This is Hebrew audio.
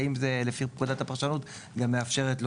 האם פקודת הפרשנות גם מאפשרת לו